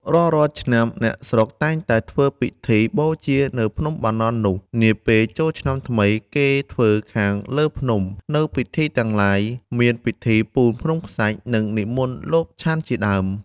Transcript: រាល់ៗឆ្នាំ អ្នកស្រុកតែងធ្វើពិធីបូជានៅភ្នំបាណន់ នោះ, នាពេលចូលឆ្នាំថ្មី គេធ្វើខាងលើភ្នំ នូវពិធីទាំងឡាយ មានពិធីពូនភ្នំខ្សាច់ និងនិមន្តលោកឆាន់ជាដើម